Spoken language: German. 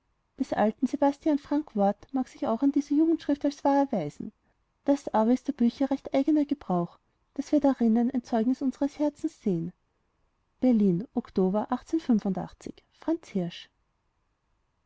des alten sebastian frank wort mag sich auch an dieser jugendschrift als wahr erweisen das aber ist der bücher rechter einiger gebrauch daß wir darinnen ein zeugnis unsres herzens sehen berlin oktober